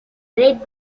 red